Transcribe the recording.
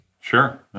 Sure